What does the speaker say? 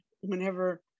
whenever